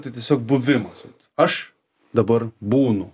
tai tiesiog buvimas aš dabar būnu